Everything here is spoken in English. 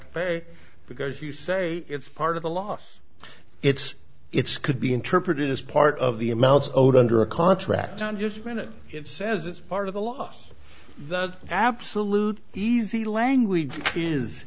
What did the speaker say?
to pay because you say it's part of the loss it's it's could be interpreted as part of the amounts owed under a contract on just a minute it says it's part of the loss the absolute easy language is